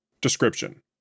Description